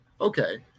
Okay